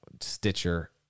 Stitcher